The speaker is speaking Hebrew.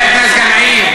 חבר הכנסת גנאים,